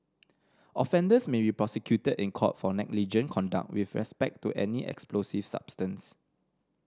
offenders may be prosecuted in court for negligent conduct with respect to any explosive substance